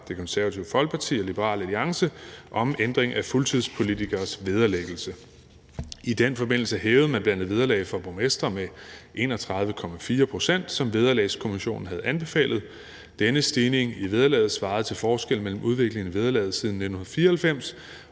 Det Konservative Folkeparti og Liberal Alliance om ændring af fuldtidspolitikeres vederlæggelse. I den forbindelse hævede man bl.a. vederlaget for borgmestre med 31,4 pct., som Vederlagskommissionen havde anbefalet. Denne stigning i vederlaget svarede til forskellen mellem udviklingen af vederlaget siden 1994